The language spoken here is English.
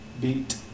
beat